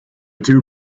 two